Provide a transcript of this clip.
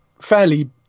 fairly